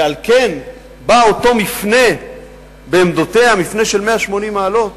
ועל כן בא אותו מפנה בעמדותיה, מפנה של 180 מעלות?